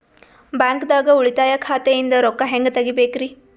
ಬ್ಯಾಂಕ್ದಾಗ ಉಳಿತಾಯ ಖಾತೆ ಇಂದ್ ರೊಕ್ಕ ಹೆಂಗ್ ತಗಿಬೇಕ್ರಿ?